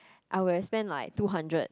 I would have spent like two hundred